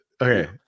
Okay